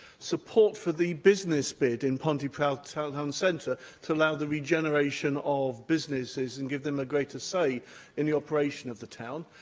support for the business bid in pontypridd town centre to allow the regeneration of businesses and give them a greater say in the operation of the town,